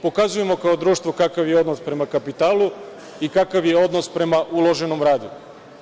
Pokazujemo kao društvo kakav je odnos prema kapitalu i kakav je odnos prema uloženom radu.